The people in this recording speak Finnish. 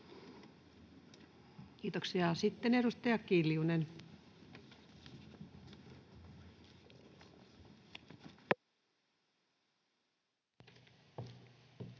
Kiitoksia. — Edustaja Kiljunen.